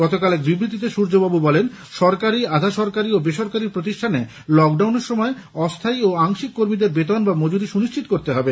গতকাল এক বিবৃতিতে সূর্যবাবু বলেন সরকারি আধা সরকারি ও বেসরকারি প্রতিষ্ঠানে লকডাউনের সময় অস্থায়ী কর্মীদের বেতন ও মজুরি সুনিশ্চিত করতে হবে